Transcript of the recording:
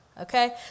Okay